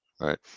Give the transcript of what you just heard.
right